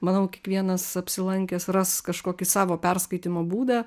manau kiekvienas apsilankęs ras kažkokį savo perskaitymo būdą